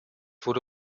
wurde